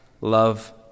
love